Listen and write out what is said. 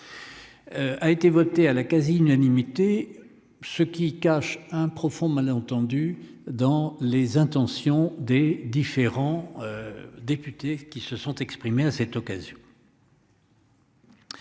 A été voté à la quasi-unanimité ce qui cache un profond malentendu dans les intentions des différents. Députés qui se sont exprimées à cette occasion.